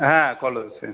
হ্যাঁ কল হয়েছে